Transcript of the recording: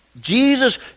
Jesus